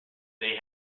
they